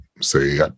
say